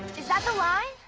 is that the line?